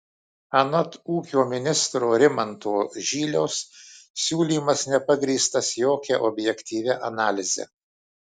anot ūkio ministro rimanto žyliaus siūlymas nepagrįstas jokia objektyvia analize